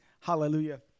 Hallelujah